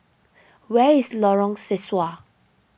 where is Lorong Sesuai